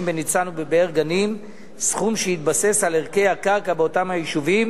בניצן ובבאר-גנים סכום שיתבסס על ערכי הקרקע באותם היישובים,